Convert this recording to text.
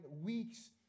weeks